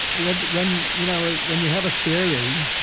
when when you know when you have a theory,